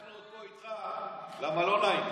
אנחנו עוד פה איתך כי לא נעים.